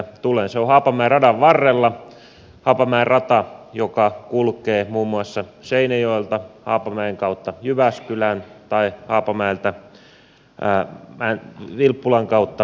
se on haapamäen radan varrella haapamäen radan joka kulkee muun muassa seinäjoelta haapamäen kautta jyväskylään tai haapamäeltä vilppulan kautta tampereelle